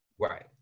right